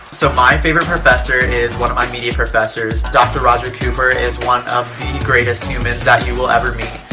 so, my favorite professor is one of my media professors. dr. roger cooper is one of the greatest humans that you will ever meet.